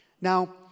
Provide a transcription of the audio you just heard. Now